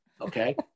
Okay